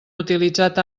utilitzat